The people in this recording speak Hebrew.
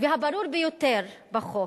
והברור ביותר בחוק.